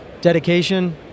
Dedication